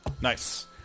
Nice